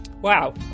Wow